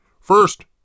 First